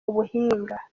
ubuhinga